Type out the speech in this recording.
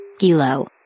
Gilo